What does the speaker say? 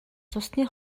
цусны